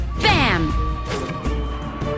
Bam